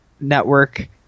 network